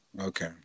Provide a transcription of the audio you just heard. okay